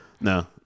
No